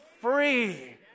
free